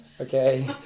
Okay